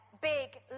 big